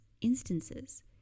instances